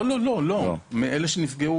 כל השאר,